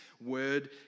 word